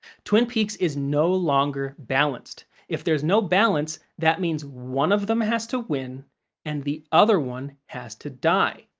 twin peaks is no longer balanced. if there's no balance, that means one of them has to win and the other one has to die.